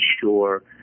sure